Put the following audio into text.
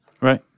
Right